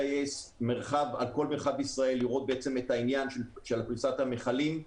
על כל מרחב ישראל כדי לראות את העניין של פריסת המכלים.